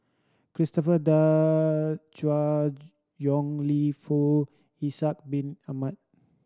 Christopher De Yong Lew Foong Ishak Bin Ahmad